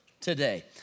today